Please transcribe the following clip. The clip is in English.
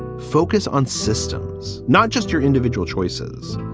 focus on systems, not just your individual choices.